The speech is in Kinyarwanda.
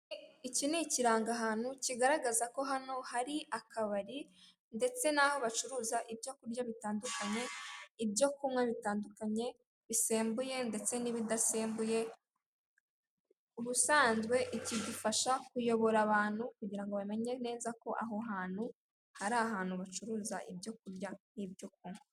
Iki ni ikirangahantu kigaragaza ko hano hari akabari, ndetse n'aho bacuruza ibyo kurya bitandukanye, ibyo kunywa bitandukanye, bisembuye ndetse n'ibidasembuye, ubusanzwe iki gifasha kuyobora abantu kugira ngo bamenye neza ko aho hantu ari ahantu bacuruza ibyo kurya n'ibyo kunywa.